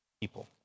people